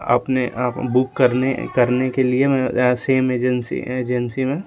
अपने बुक करने के लिए सेम एजेंसी में